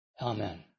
Amen